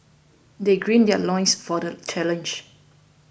they gird their loins for the challenge